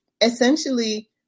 essentially